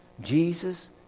Jesus